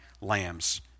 lambs